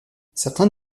certains